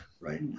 right